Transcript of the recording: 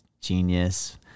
genius